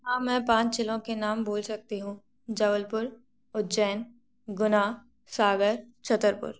हाँ मैं पाँच जिलों के नाम बोल सकती हूँ जबलपुर उज्जैन गुना सागर छतरपुर